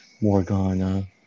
Morgana